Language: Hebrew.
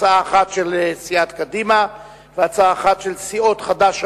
הצעה אחת של סיעת קדימה ואחת של סיעות חד"ש,